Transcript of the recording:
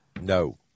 No